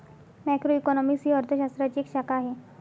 macroeconomics ही अर्थ शास्त्राची एक शाखा आहे